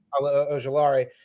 Ojolari